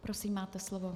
Prosím, máte slovo.